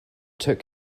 took